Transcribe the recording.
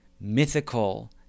mythical